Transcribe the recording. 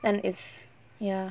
and it's ya